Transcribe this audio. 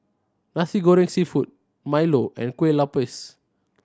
Nasi Goreng Seafood milo and Kueh Lopes